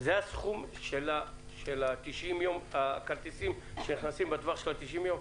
זה הסכום של הכרטיסים שנכנסים בטווח של ה-90 יום?